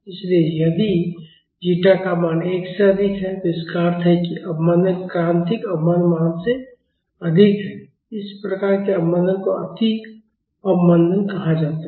इसलिए यदि जीटा का मान 1 से अधिक है तो इसका अर्थ है कि अवमंदन क्रांतिक अवमंदन मान से अधिक है उस प्रकार के अवमंदन को अति अवमंदन कहा जाता है